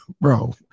bro